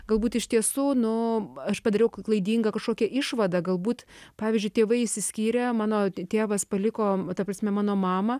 galbūt iš tiesų nu aš padariau klaidingą kažkokią išvadą galbūt pavyzdžiui tėvai išsiskyrė mano tėvas paliko ta prasme mano mamą